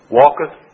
walketh